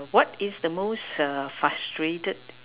what is the most err frustrated